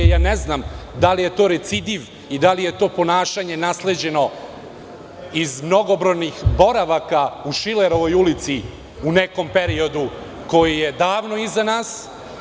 Ne znam da li je to recidiv i da li je to ponašanje nasleđeno iz mnogobrojnih boravaka u Šilerovoj ulici u nekom periodu koji je davno iza nas.